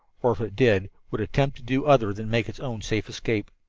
or, if it did, would attempt to do other than make its own safe escape.